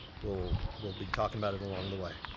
we'll we'll be talkin' about it along the way.